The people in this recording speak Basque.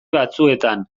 batzuetan